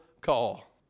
call